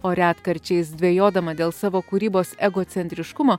o retkarčiais dvejodama dėl savo kūrybos egocentriškumo